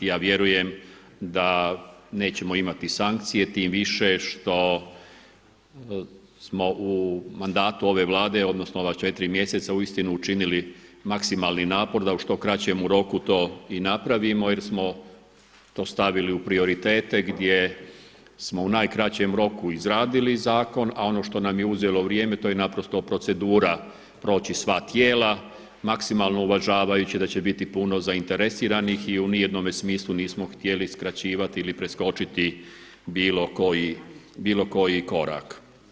Ja vjerujem da nećemo imati sankcije tim više što smo u mandatu ove Vlade, odnosno ova četiri mjeseca uistinu učinili maksimalni napor da u što kraćemu roku to i napravimo jer smo to stavili u prioritete gdje smo u najkraćem roku izradili zakon, a ono što nam je uzelo vrijeme to je naprosto procedura proći sva tijela maksimalno uvažavajući da će biti puno zainteresiranih i u ni jednome smislu nismo htjeli skraćivati i preskočiti bilo koji korak.